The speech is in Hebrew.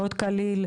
מאוד קליל,